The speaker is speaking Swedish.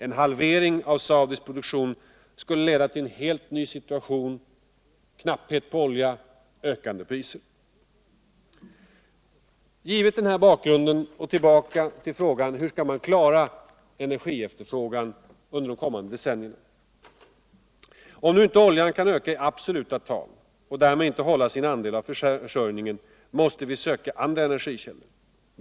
En halvering av Saudi-Arabiens produktion skulle leda till en helt ny situation: knapphet på olja, ökande priser. Tillbaka till frågan: Hur skall man klara energiefterfrågan under de kommande decennierna” Om nu inte oljan kan öka i absoluta tal och därmed inte-hålla sin andel av försörjningen, måste vi söka andra energikällor.